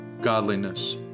godliness